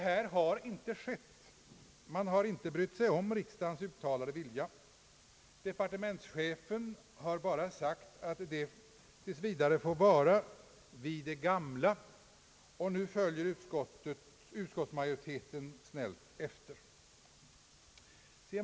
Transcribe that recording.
Så har inte skett. Man har inte brytt sig om riksdagens uttalade vilja. Departementschefen har bara sagt att det tills vidare får förbli vid det gamla. Och nu följer utskottsmajoriteten snällt efter.